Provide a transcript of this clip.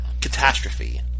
Catastrophe